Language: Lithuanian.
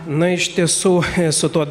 na iš tiesų su tuo